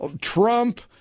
Trump